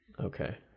okay